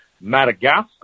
madagascar